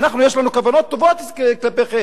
יש לנו כוונות טובות כלפיכם,